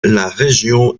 région